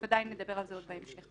וודאי נדבר על זה עוד בהמשך.